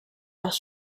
das